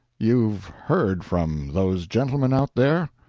you've heard from those gentlemen out there?